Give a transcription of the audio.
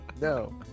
No